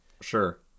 sure